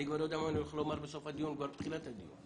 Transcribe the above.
אני כבר יודע מה אני הולך לומר בסוף היום כבר בתחילת הדיון,